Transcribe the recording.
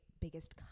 biggest